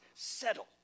settle